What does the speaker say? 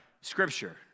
Scripture